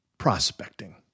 Prospecting